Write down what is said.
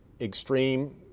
extreme